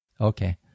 Okay